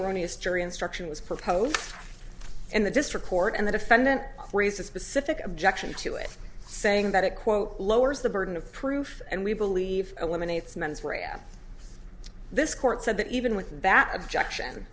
erroneous jury instruction was proposed in the district court and the defendant raise a specific objection to it saying that it quote lowers the burden of proof and we believe eliminates mens rea at this court said that even with that objection